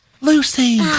Lucy